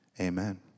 Amen